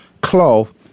cloth